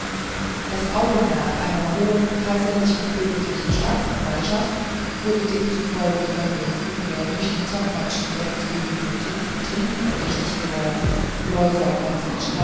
das augenmerk einer hohen k und k staatsanwaltschaft wurde demzufolge auf den nunmehr durch die zottmannschen letztwilligen notizen dringend verdächtig gewordenen